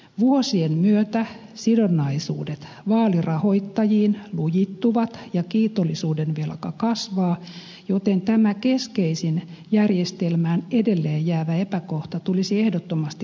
vuosien myötä sidonnaisuudet vaalirahoittajiin lujittuvat ja kiitollisuudenvelka kasvaa joten tämä keskeisin järjestelmään edelleen jäävä epäkohta tulisi ehdottomasti korjata